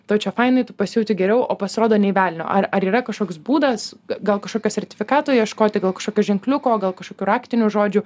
tau čia fainai tu pasijauti geriau o pasirodo nei velnio ar ar yra kažkoks būdas gal kažkokio sertifikato ieškoti gal kažkokio ženkliuko gal kažkokių raktinių žodžių